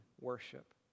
worship